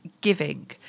Giving